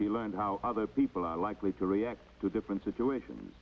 to learn how other people are likely to react to different situations